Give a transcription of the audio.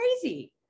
crazy